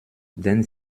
den